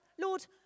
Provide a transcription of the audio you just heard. Lord